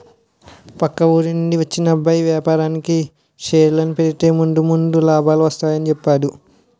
పక్క ఊరి నుండి వచ్చిన అబ్బాయి వేపారానికి షేర్లలో పెడితే ముందు ముందు లాభాలు వస్తాయని చెప్పేడు